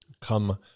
Come